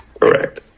Correct